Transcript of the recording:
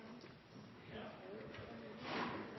ja. Det